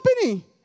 company